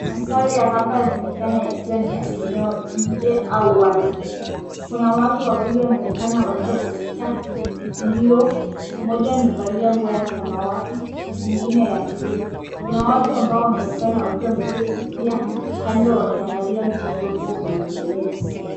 Mandhari ya hapa inaonekana kuwa ni ya eneo ya nje au wazi. Kuna watu wawili wanaonekana wakiwa katika mbio. Mmoja amevalia nguo ya samawati, mwingine ya buluu. Kuna watu ambao wanaonekana wakiwa wameketi pia kando wakiangalia mchezo huo unaoendelea.